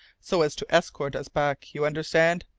so as to escort us back. you understand?